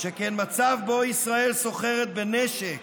שכן מצב שבו ישראל סוחרת בנשק